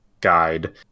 guide